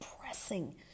pressing